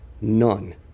none